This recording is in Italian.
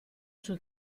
sul